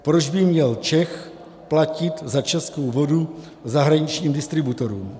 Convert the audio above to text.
Proč by měl Čech platit za českou vodu zahraničním distributorům?